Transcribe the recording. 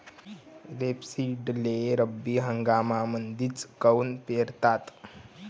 रेपसीडले रब्बी हंगामामंदीच काऊन पेरतात?